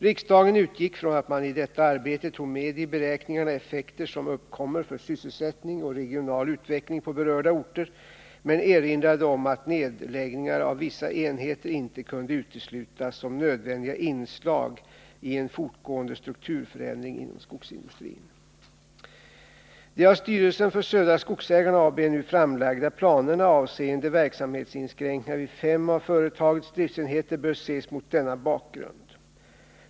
Riksdagen utgick från att man i detta arbete tog med i beräkningarna effekter som uppkommer för sysselsättning och regional utveckling på berörda orter men erinrade om att nedläggningar av vissa enheter inte kunde uteslutas som nödvändiga inslag i en fortgående strukturförändring inom skogsindustrin. De av styrelsen för Södra Skogsägarna AB nu framlagda planerna avseende verksamhetsinskränkningar vid fem av företagets driftenheter bör ses mot denna bakgrund.